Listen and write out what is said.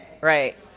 right